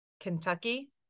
Kentucky